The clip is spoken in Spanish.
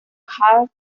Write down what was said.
hal